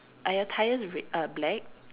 are your tyres re~ uh black